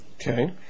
Okay